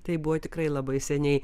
tai buvo tikrai labai seniai